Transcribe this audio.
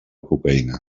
cocaïna